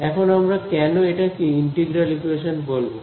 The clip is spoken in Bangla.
এখন আমরা কেন এটাকে ইন্টিগ্রাল ইকোয়েশন বলবো